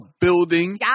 building